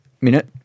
minute